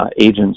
agents